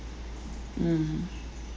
mm